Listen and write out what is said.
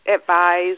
advise